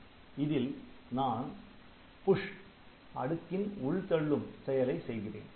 இதில் நான் push Push அடுக்கின் உள்தள்ளும் செயலை செய்கிறேன்